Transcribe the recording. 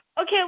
Okay